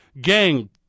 gang